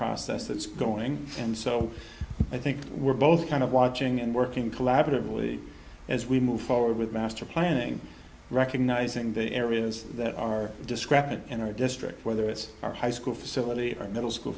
that's going and so i think we're both kind of watching and working collaboratively as we move forward with master planning recognizing the areas that are discrepant in our district whether it's our high school facility or middle school